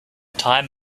time